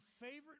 favorite